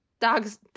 Dogs